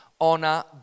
honor